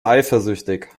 eifersüchtig